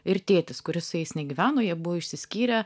ir tėtis kuris su jais negyveno jie buvo išsiskyrę